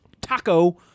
taco